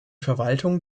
verwaltung